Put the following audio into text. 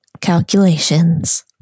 calculations